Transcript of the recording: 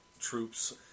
troops